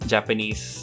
Japanese